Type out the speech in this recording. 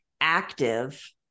active